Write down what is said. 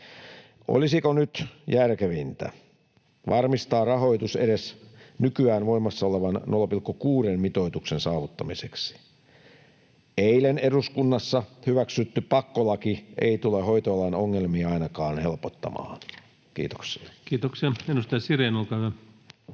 Olisiko nyt järkevintä varmistaa rahoitus edes nykyään voimassa olevan 0,6:n mitoituksen saavuttamiseksi? Eilen eduskunnassa hyväksytty pakkolaki ei tule hoitoalan ongelmia ainakaan helpottamaan. — Kiitoksia. [Speech 225] Speaker: